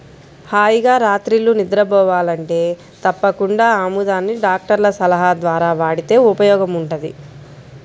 హాయిగా రాత్రిళ్ళు నిద్రబోవాలంటే తప్పకుండా ఆముదాన్ని డాక్టర్ల సలహా ద్వారా వాడితే ఉపయోగముంటది